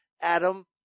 Adam